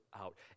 out